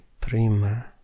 prima